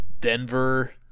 Denver